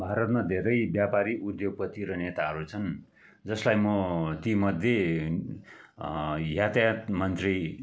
भारतमा धेरै व्यापारी उध्योगपति र नेताहरू छन् जसलाई म तीमध्ये यातायात मन्त्री